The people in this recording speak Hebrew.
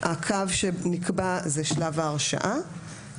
הקו שנקבע הוא שלב ההרשעה.